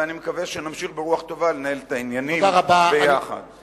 ואני מקווה שנמשיך לנהל את העניינים ביחד ברוח טובה.